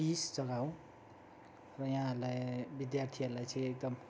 piece जग्गा हो र यहाँहरूलाई विद्यार्थीहरूलाई चाहिँ एकदम